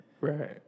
Right